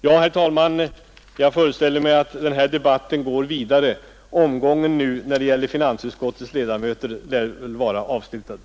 Herr talman! Jag föreställer mig att diskussionsomgången mellan finansutskottets ledamöter med detta är avslutad och att debatten nu kommer att fortsätta med övriga talare.